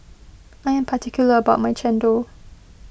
I am particular about my Chendol